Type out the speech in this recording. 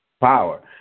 power